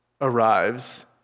arrives